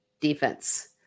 defense